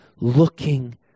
looking